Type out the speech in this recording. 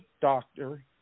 doctor